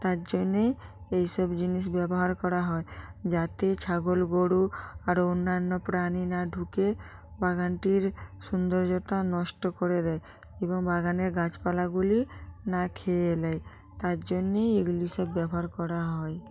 তার জন্যেই এই সব জিনিস ব্যবহার করা হয় যাতে ছাগল গরু আরো অন্যান্য প্রাণী না ঢুকে বাগানটির সৌন্দর্যতা নষ্ট করে দেয় এবং বাগানের গাছপালাগুলি না খেয়ে এলে তার জন্যই এগুলি সব ব্যবহার করা হয়